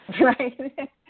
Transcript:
Right